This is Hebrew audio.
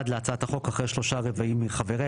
בסעיף 1(ב1)(1)(ב)(1) להצעת החוק אחרי 'שלושה רבעים מחבריה'